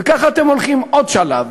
וככה אתם הולכים עוד שלב?